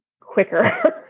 quicker